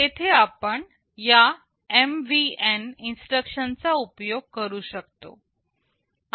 तेथे आपण या MVN इन्स्ट्रक्शन चा उपयोग करू शकतो